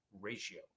ratio